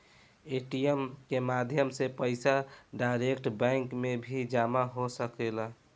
ATM के माध्यम से पईसा डायरेक्ट बैंक में भी जामा हो सकेला